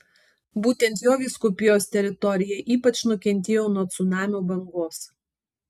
būtent jo vyskupijos teritorija ypač nukentėjo nuo cunamio bangos